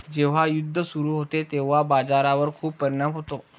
जेव्हा युद्ध सुरू होते तेव्हा बाजारावर खूप परिणाम होतो